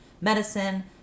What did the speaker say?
medicine